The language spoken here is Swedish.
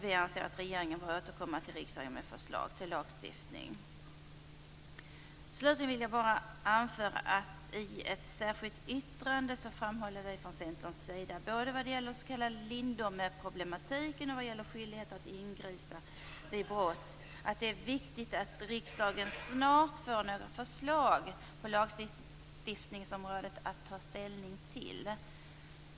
Vi anser att regeringen bör återkomma till riksdagen med förslag till lagstiftning. Slutligen vill jag bara anföra att vi från Centerns sida i ett särskilt yttrande framhåller, både vad gäller den s.k. Lindomeproblematiken och vad gäller skyldighet att ingripa vid brott, att det är viktigt att riksdagen snart får några förslag på lagstiftningsområdet att ta ställning till.